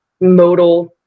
modal